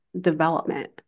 development